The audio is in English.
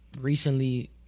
recently